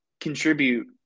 contribute